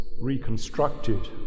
reconstructed